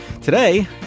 Today